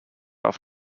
off